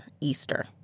Easter